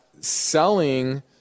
selling